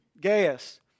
Gaius